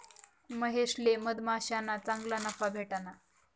महेशले मधमाश्याना चांगला नफा भेटना